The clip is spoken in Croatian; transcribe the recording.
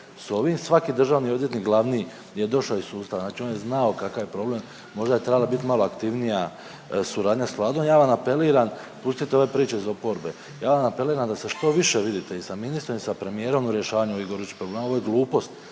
sa ovim. Svaki državni odvjetnik glavni je došao iz sustava, znači on je znao kakav je problem. Možda je trebala biti malo aktivnija suradnja sa Vladom. Ja vam apeliram pustite ove priče iz oporbe. Ja vam apeliram da se što više vidite i sa ministrom i sa premijerom u rješavanju ovih gorućih problema. Ovo je glupost